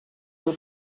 del